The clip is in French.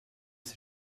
ses